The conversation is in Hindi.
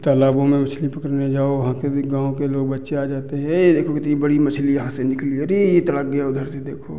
तालाबों में मछली पकड़ने जाओ वहाँ के भी गाँव के लोग बच्चे आ जाते हैं ये देखो कितनी बड़ी मछली यहाँ से निकली है अरे ये तड़क गया उधर से देखो